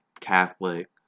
Catholic